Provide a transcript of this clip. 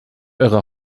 eure